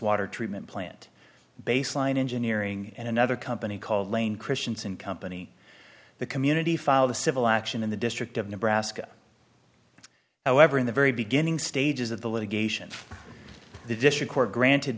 water treatment plant baseline engineering and another company called lane christianson company the community filed a civil action in the district of nebraska however in the very beginning stages of the litigation the district court granted